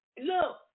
look